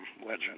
legend